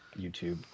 YouTube